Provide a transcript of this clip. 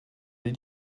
did